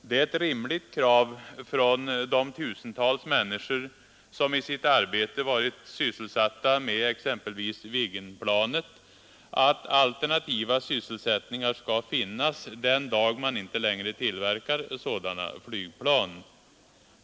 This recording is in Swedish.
Det är ett rimligt krav från de tusentals människor som i sitt arbete varit sysselsatta med exempelvis Viggenplanet att alternativa sysselsättningar skall finnas den dag man inte längre tillverkar sådana flygplan.